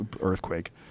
earthquake